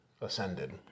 ascended